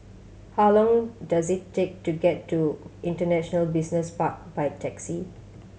how long does it take to get to International Business Park by taxi